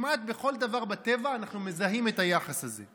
כמעט בכל דבר בטבע אנחנו מזהים את היחס הזה.